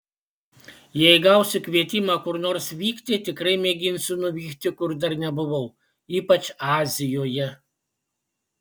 jei gausiu kvietimą kur nors vykti tikrai mėginsiu nuvykti kur dar nebuvau ypač azijoje